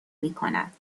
میکند